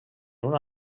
una